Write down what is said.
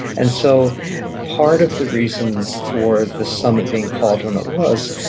and so part of the reason for the summit being called when it was,